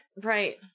right